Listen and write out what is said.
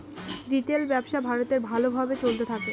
retail ব্যবসা ভারতে ভালো ভাবে চলতে থাকে